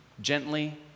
gently